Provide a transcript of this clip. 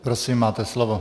Prosím, máte slovo.